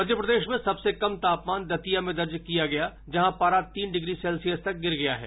मप्र में सबसे कम तापमान दतिया में दर्ज किया गया है जहां पारा तीन डिग्री सेल्सियस तक गिर गया है